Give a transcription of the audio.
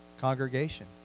congregation